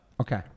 Okay